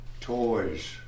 toys